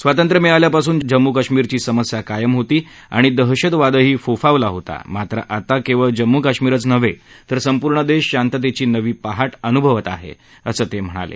स्वातंत्र्य मिळाल्यापासून जम्मू काश्मीरची समस्या कायम होती आणि दहशतवादही फोफावला होता मात्र आता केवळ जम्मू काश्मीरच नव्हे तर संपूर्ण देश शांततेची नवी पहाट अनुभवत आहे असं ते म्हणाले